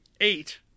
eight